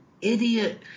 idiot